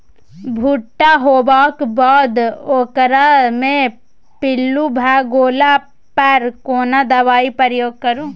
भूट्टा होबाक बाद ओकरा मे पील्लू भ गेला पर केना दबाई प्रयोग करू?